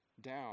down